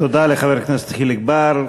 תודה לחבר הכנסת חיליק בר.